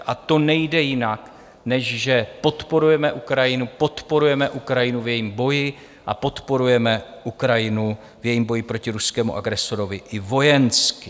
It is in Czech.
A to nejde jinak, než že podporujeme Ukrajinu, podporujeme Ukrajinu v jejím boji a podporujeme Ukrajinu v jejím boji proti ruskému agresorovi i vojensky.